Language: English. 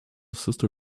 sister